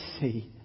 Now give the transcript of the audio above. see